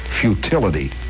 Futility